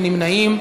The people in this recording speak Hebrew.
אין נמנעים.